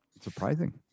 Surprising